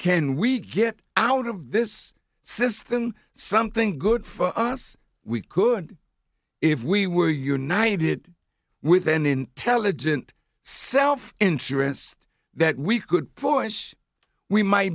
can we get out of this system something good for us we could if we were united with an intelligent self interest that we could for inch we might